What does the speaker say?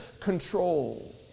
control